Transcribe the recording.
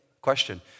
Question